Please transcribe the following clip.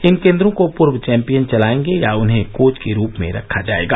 इन केन्द्रों को पूर्व चैम्पियन चलायेंगे या उन्हें कोच के रूप में रखा जायेगा